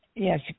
Yes